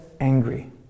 angry